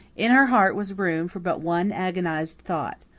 in her heart was room for but one agonized thought.